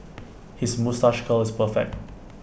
his moustache curl is perfect